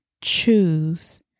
choose